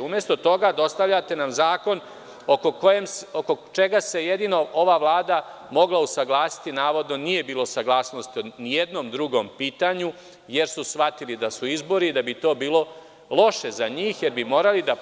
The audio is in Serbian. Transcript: Umesto toga dostavljate nam zakon oko čega se jedino ova vlada mogla usaglasiti, navodno nije bilo saglasnosti po ni jednom drugom pitanju jer su shvatili da su izbori i da bi to bilo loše za njih jer bi morali da